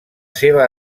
seva